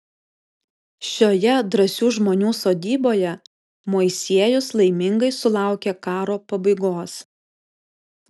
šioje drąsių žmonių sodyboje moisiejus laimingai sulaukė karo pabaigos